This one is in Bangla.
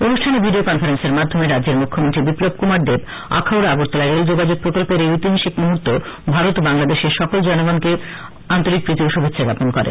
অনুষ্ঠানে ভিডিও কনফারেন্সের মাধ্যমে রাজ্যের মুখ্যমন্ত্রী বিপ্লব কুমার দেব আখাউড়া আগরতলা রেল যোগাযোগ প্রকল্পের এই ঐতিহাসিক মুহূর্তে ভারত ও বাংলাদেশের সকল জনগনকে আন্তরিক প্রীতি ও শুভেচ্ছা জ্ঞাপন করেন